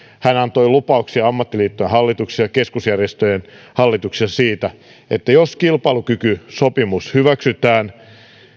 hän antoi lupauksia ammattiliittojen hallituksille ja keskusjärjestöjen hallituksille siitä että jos kilpailukykysopimus hyväksytään